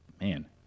man